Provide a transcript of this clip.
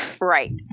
Right